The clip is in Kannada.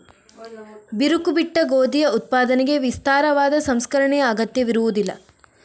ಬಿರುಕು ಬಿಟ್ಟ ಗೋಧಿಯ ಉತ್ಪಾದನೆಗೆ ವಿಸ್ತಾರವಾದ ಸಂಸ್ಕರಣೆಯ ಅಗತ್ಯವಿರುವುದಿಲ್ಲ